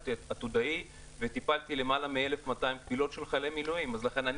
הייתי עתודאי וטיפלתי בלמעלה מ-1,200 קבילות של חיילי מילואים אז לכן,